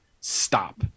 stop